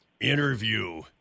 Interview